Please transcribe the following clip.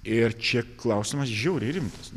ir čia klausimas žiauriai rimtas